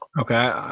Okay